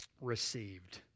received